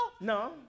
No